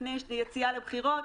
לפני יציאה לבחירות,